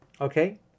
Okay